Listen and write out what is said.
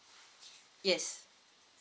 yes